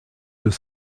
deux